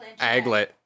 aglet